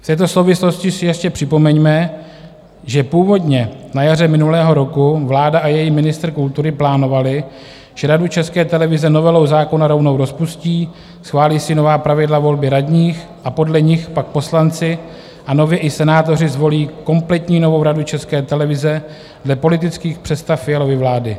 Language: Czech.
V této souvislosti si ještě připomeňme, že původně na jaře minulého roku vláda a její ministr kultury plánovali, že Radu České televize novelou zákona rovnou rozpustí, schválí si nová pravidla volby radních a podle nich pak poslanci a nově i senátoři zvolí kompletní novou Radu České televize dle politických představ Fialovy vlády.